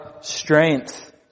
strength